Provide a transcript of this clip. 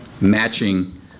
matching